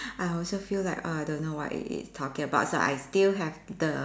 I also feel like err I don't know what it is talking about so I still have the